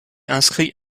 inscrit